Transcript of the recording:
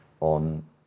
on